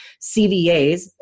CVAs